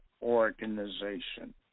organization